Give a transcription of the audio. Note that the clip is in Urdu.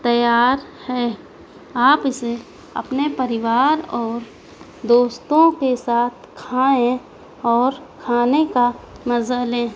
تیار ہے آپ اسے اپنے پریوار اور دوستوں کے ساتھ کھائیں اور کھانے کا مزہ لیں